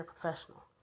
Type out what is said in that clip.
professional